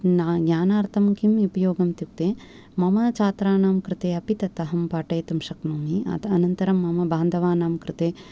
ज्ञानार्थं किम् उपयोगम् इत्युक्ते मम छात्राणां कृते अपि तत् अहं पाठयितुं शक्नोमि अतः अनन्तरं मम बान्धवानां कृते